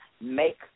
make